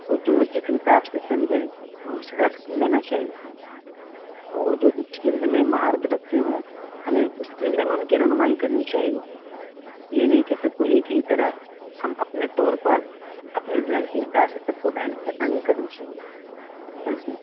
وہ جو جد حساب سے سمجھیں ہمیں اس حساب سے سمجھانا چاہیے اور جو جد سند میں مہارت رکھتے ہوں ہمیں اس چند میں ان کی رہنمائی کرنی چاہیے یہ نہیں کہ سب کو ایک ہی طرح ہم اپنے طور پر اپنے ذہن کے حساب سے سب کو ڈالیں ایسا نہیں کرنی چاہیے بلکہ